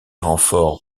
renforts